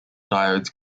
diodes